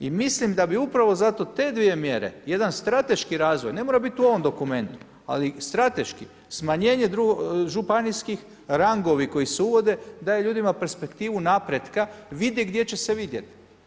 I mislim da bi upravo zato te dvije mjere, jedan strateški razvoj, ne mora biti u ovom dokumentu ali strateški, smanjenje županijskih, rangovi koji se uvode daje ljudima perspektivu napretka, vide gdje će se vidjet.